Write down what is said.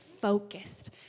focused